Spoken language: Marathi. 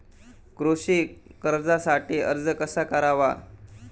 कृषी कर्जासाठी अर्ज कसा करावा?